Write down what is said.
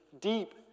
deep